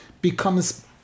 becomes